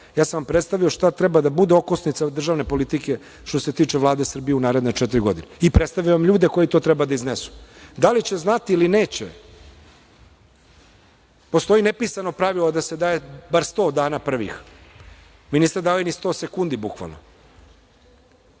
sam vam šta treba da bude okosnica državne politike što se tiče Vlade Srbije u naredne četiri godine i predstavljam vam ljude koji treba to da iznesu. Da li će znati ili neće, postoji nepisano pravilo da se daje bar 100 dana prvih. Vi niste dali ni 100 sekundi, bukvalno. Ponovo